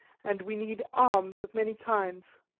and we need arms of many kinds.